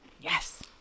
Yes